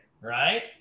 right